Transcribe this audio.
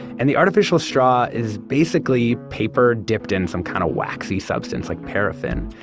and the artificial straw is basically paper dipped in some kind of waxy substance like paraffin,